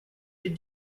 les